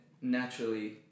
naturally